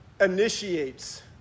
initiates